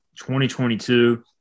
2022